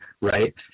right